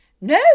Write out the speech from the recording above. no